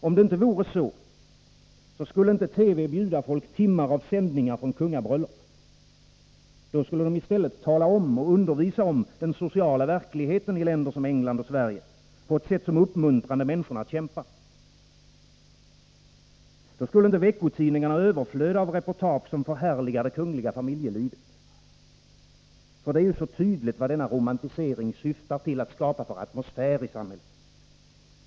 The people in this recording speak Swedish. Om det inte vore så, skulle inte TV bjuda folk timmar av sändningar från kungabröllop. Då skulle TV i stället tala om och undervisa om den sociala verkligheten i länder såsom England och Sverige på ett sätt som uppmuntrade människorna att kämpa. Då skulle inte veckotidningarna överflöda av reportage, som förhärligar det kungliga familjelivet. För det är ju så tydligt vilken atmosfär denna romantisering syftar till att skapa i samhället.